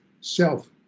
self